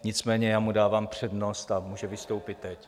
Nicméně mu dávám přednost a může vystoupit teď.